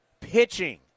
Pitching